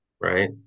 right